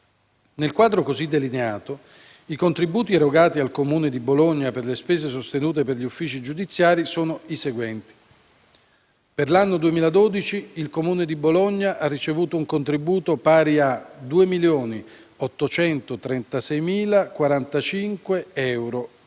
Nel quadro così delineato, i contributi erogati al Comune di Bologna per le spese sostenute per gli uffici giudiziari, sono i seguenti: per l'anno 2012 il Comune di Bologna ha ricevuto un contributo pari a 2.836.045,87 euro,